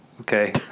okay